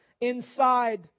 inside